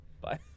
Bye